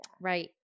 Right